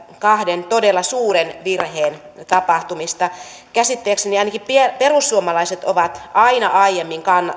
kahden todella suuren virheen tapahtumista käsittääkseni ainakin perussuomalaiset ovat aina aiemmin